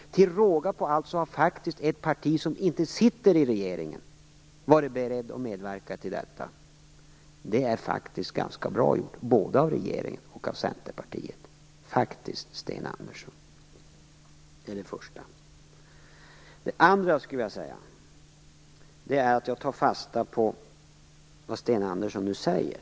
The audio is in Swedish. Till råga på allt har ett parti som inte sitter i regeringen varit berett att medverka till detta. Det är faktiskt ganska bra gjort både av regeringen och av Centerpartiet, Sten Andersson. Det är det första. Det andra jag skulle vilja säga är att jag tar fasta på vad Sten Andersson nu säger.